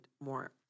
more